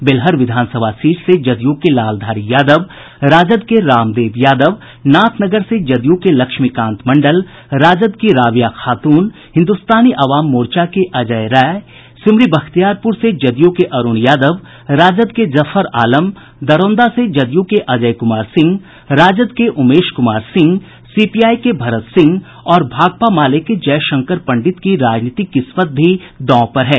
बेलहर विधानसभा सीट से जदयू के लालधारी यादव राजद के रामदेव यादव नाथनगर से जदयू के लक्ष्मीकांत मंडल राजद की राबिया खातून हिन्दुस्तानी अवाम मोर्चा के अजय राय सिमरी बख्तियारपूर से जदयू के अरूण यादव राजद के जफर आलम दरौंदा से जदयू के अजय कुमार सिंह राजद के उमेश कुमार सिंह सीपीआई के भरत सिंह और भाकपा माले के जयशंकर पंडित की राजनीतिक किस्मत भी दांव पर है